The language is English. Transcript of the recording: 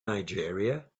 nigeria